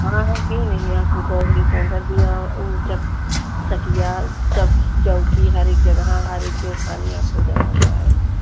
हाँ हाँ क्यों नहीं आपको गौरीशकर दिहाँ उचट्ट चटिया चौकी चौकी हर एक जगह हर एक देवस्थान ही आपको दर्शन कराएँगे